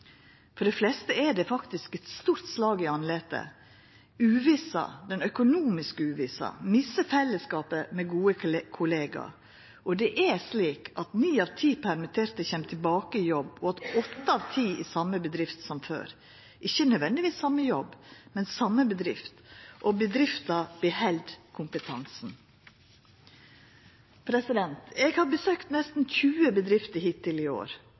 For dei fleste er det faktisk eit stort slag i andletet: den økonomiske uvissa – og ein mister fellesskapet med gode kollegaer. Det er slik at ni av ti permitterte kjem tilbake i jobb, og åtte av ti i same bedrift som før, ikkje nødvendigvis i same jobb, men same bedrift – og bedrifta beheld kompetansen. Eg har besøkt nesten 20 bedrifter hittil i år,